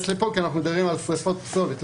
אליהם פה כי אנחנו מדברים על שריפות פסולת.